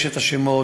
יש השמות,